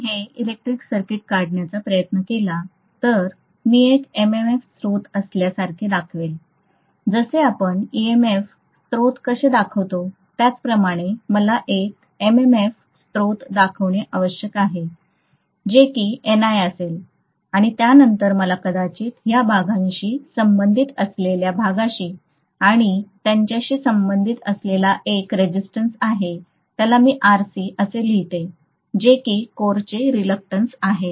मी हे electric circuit काढण्याचा प्रयत्न केला तर मी एक MMF स्त्रोत असल्यासारखे दाखवेल जसे आपण EMF स्त्रोत कसे दाखवतो त्याचप्रमाणे मला एक MMF स्त्रोत दाखविणे आवश्यक आहे जे की Ni असेल आणि त्या नंतर मला कदाचित या भागाशी संबंधित असलेल्या भागाशी व त्याच्याशी संबंधित असलेला एक रेझिसटन्स आहे त्याला मी Rc असे लिहिते जे की कोरचे रिलक्टंस आहे